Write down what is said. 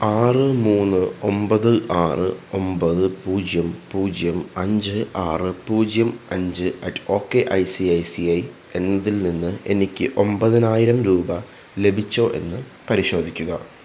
ആറ് മൂന്ന് ഒമ്പത് ആറ് ഒമ്പത് പൂജ്യം പൂജ്യം അഞ്ച് ആറ് പൂജ്യം അഞ്ച് at O K I C I C I എന്നതിൽ നിന്ന് എനിക്ക് ഒമ്പതിനായിരം രൂപ ലഭിച്ചോ എന്ന് പരിശോധിക്കുക